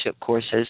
courses